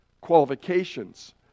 qualifications